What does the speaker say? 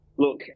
Look